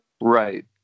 Right